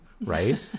right